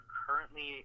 currently